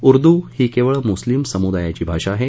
उर्दू ही केवळ मुस्लीम समुदायाची भाषा आहे